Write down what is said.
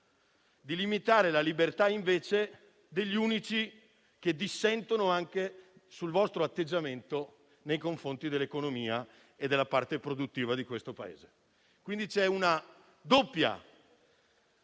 di limitare la libertà degli unici che dissentono anche sul vostro atteggiamento nei confronti dell'economia e della parte produttiva di questo Paese. Quindi, c'è una doppia